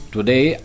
Today